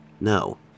No